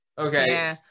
Okay